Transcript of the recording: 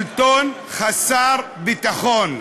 שלטון חסר ביטחון.